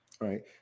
right